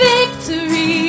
Victory